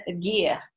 gear